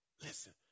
Listen